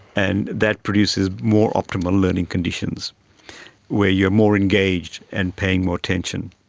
and that produces more optimal learning conditions where you are more engaged and paying more attention.